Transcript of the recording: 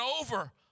over